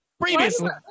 previously